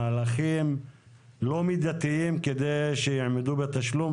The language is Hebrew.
מהלכים לא מידתיים כדי שיעמדו בתשלום,